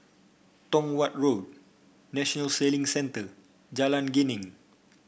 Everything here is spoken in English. Tong Watt Road National Sailing Centre Jalan Geneng